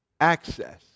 Access